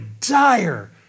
dire